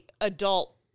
adult